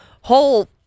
whole